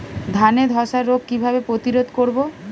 ধানে ধ্বসা রোগ কিভাবে প্রতিরোধ করব?